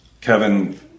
Kevin